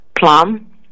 Plum